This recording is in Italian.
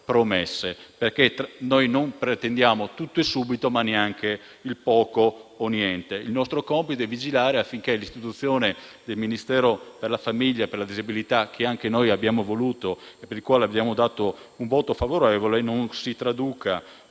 Noi non pretendiamo tutto e subito, ma neanche poco o niente. Il nostro compito è vigilare affinché l'istituzione del Ministero per la famiglia e per la disabilità, che anche noi abbiamo voluto e per il quale abbiamo dato un voto favorevole, non si traduca